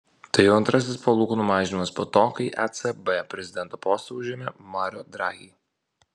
tai jau antrasis palūkanų mažinimas po to kai ecb prezidento postą užėmė mario draghi